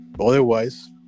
Otherwise